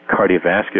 cardiovascular